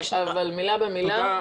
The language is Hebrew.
אבל מילה במילה,